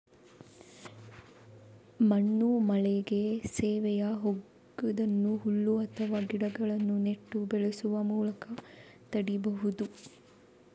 ಮಣ್ಣು ಮಳೆಗೆ ಸವೆದು ಹೋಗುದನ್ನ ಹುಲ್ಲು ಅಥವಾ ಗಿಡಗಳನ್ನ ನೆಟ್ಟು ಬೆಳೆಸುವ ಮೂಲಕ ತಡೀಬಹುದು